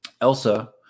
Elsa